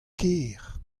ker